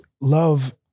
love